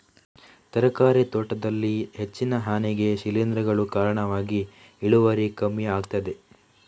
ತರಕಾರಿ ತೋಟದಲ್ಲಿ ಹೆಚ್ಚಿನ ಹಾನಿಗೆ ಶಿಲೀಂಧ್ರಗಳು ಕಾರಣವಾಗಿ ಇಳುವರಿ ಕಮ್ಮಿ ಆಗ್ತದೆ